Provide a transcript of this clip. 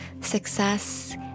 success